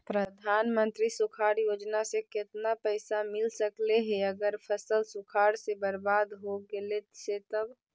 प्रधानमंत्री सुखाड़ योजना से केतना पैसा मिल सकले हे अगर फसल सुखाड़ से बर्बाद हो गेले से तब?